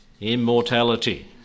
immortality